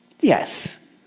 Yes